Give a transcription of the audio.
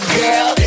girl